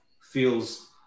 feels